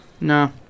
No